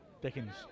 Dickens